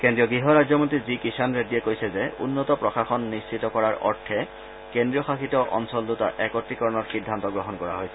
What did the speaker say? কেন্দ্ৰীয় গৃহ ৰাজ্যমন্তী জি কিষান ৰেড্ডীয়ে কৈছে যে উন্নত প্ৰশাসন নিশ্চিত কৰাৰ অৰ্থে কেন্দ্ৰীয় শাসিত অঞ্চল দুটা একত্ৰীকৰণৰ সিদ্ধান্ত গ্ৰহণ কৰা হৈছে